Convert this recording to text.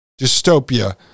dystopia